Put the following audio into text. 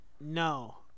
No